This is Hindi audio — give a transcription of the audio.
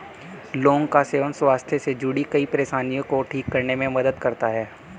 लौंग का सेवन स्वास्थ्य से जुड़ीं कई परेशानियों को ठीक करने में मदद करता है